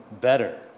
better